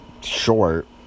short